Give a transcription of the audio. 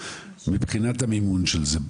מבחינת המימון של זה.